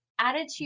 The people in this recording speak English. attitude